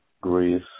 Greece